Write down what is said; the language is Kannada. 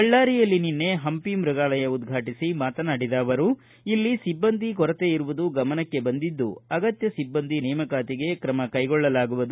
ಬಳ್ಳಾರಿಯಲ್ಲಿ ನಿನ್ನೆ ಹಂಪಿ ಮೃಗಾಲಯ ಉದ್ರಾಟಿಸಿ ಮಾತನಾಡಿದ ಅವರು ಇಲ್ಲಿ ಸಿಬ್ಬಂದಿ ಕೊರತೆ ಇರುವುದು ಗಮನಕ್ಕೆ ಬಂದಿದ್ದು ಅಗತ್ಯ ಸಿಬ್ಬಂದಿ ನೇಮಕಾತಿಗೆ ಕ್ರಮ ಕೈಗೊಳ್ಳಲಾಗುವುದು